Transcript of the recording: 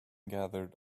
gathered